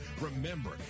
remember